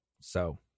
So-